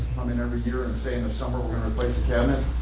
um in every year and say in the summer we're gonna replace the cabinets,